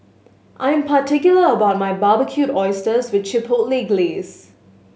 I'm particular about my Barbecued Oysters with Chipotle Glaze